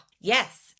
Yes